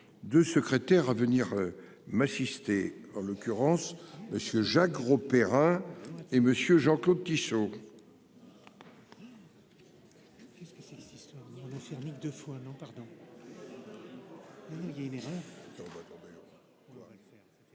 De secrétaire à venir m'assister en l'occurrence monsieur Jacques Grosperrin et monsieur Jean-Claude Tissot.